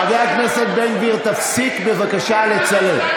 חבר הכנסת בן גביר, תפסיק בבקשה לצלם.